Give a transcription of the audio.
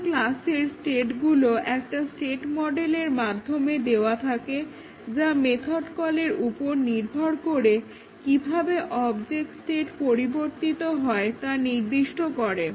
একটা ক্লাসের স্টেটগুলো একটা স্টেট মডেলের মাধ্যমে দেওয়া থাকে যা মেথড কলের উপর নির্ভর করে কিভাবে অবজেক্ট স্টেট পরিবর্তিত হয়ে তা নির্দিষ্ট করে